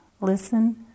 Listen